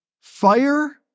Fire